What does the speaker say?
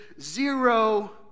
zero